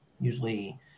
usually